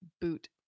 boot